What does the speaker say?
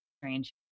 strange